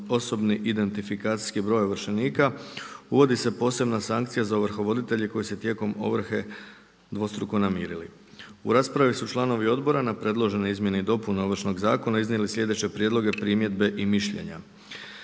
da saznaju OIB ovršenika, uvodi se posebna sankcija za ovrhovoditelje koji se tijekom ovrhe dvostruko namirili. U raspravi su članovi odbora na predložene izmjene i dopune Ovršnog zakona iznijeli sljedeće prijedloge, primjedbe i mišljenja.